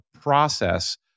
process